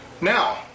Now